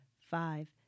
five